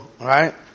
right